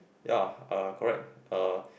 ya uh correct uh